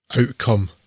outcome